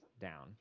down